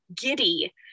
giddy